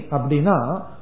Abdina